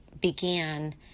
began